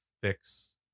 fix